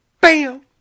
Bam